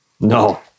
No